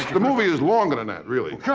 the movie is longer than that really. yeah